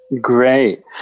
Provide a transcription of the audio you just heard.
Great